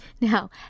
Now